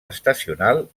estacional